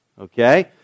Okay